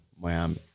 Miami